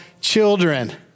children